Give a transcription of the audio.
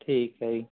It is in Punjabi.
ਠੀਕ ਹੈ ਜੀ